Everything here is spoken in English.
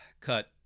cut